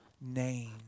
name